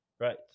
Right